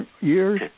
years